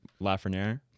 Lafreniere